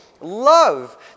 love